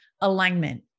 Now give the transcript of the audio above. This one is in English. alignment